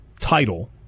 title